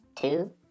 two